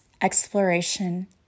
exploration